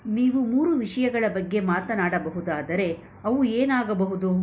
ನೀವು ಮೂರು ವಿಷಯಗಳ ಬಗ್ಗೆ ಮಾತನಾಡಬಹುದಾದರೆ ಅವು ಏನಾಗಬಹುದು